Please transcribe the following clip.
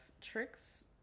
Tricks